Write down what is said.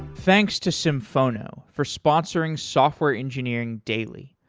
thanks to symphono for sponsoring software engineering daily.